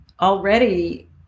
already